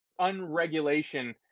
unregulation